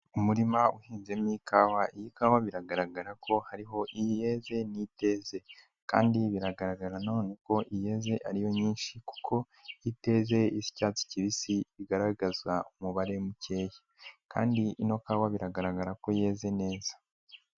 Umurima uhinzemo ikawa, iyi kawa biragaragara ko hariho iyeze n'iteze, kandi biragaragara none ko iyeze ariyo nyinshi kuko iteze icyatsi kibisi igaragaza umubare mukeye, kandi ino kawa biragaragara ko yeze neza.